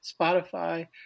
Spotify